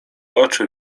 oczy